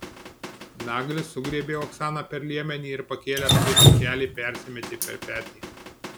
naglis sugriebė oksaną per liemenį ir pakėlęs kaip pūkelį persimetė per petį